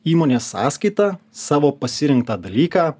įmonės sąskaita savo pasirinktą dalyką